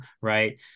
Right